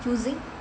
using